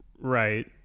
Right